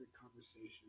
conversation